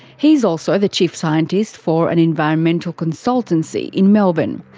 he's also the chief scientist for an environmental consultancy in melbourne.